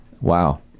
Wow